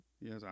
Yes